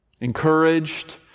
encouraged